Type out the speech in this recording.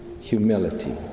humility